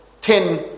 ten